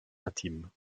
intime